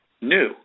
new